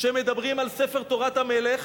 שמדברים על הספר "תורת המלך"